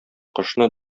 кошны